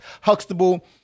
Huxtable